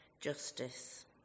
justice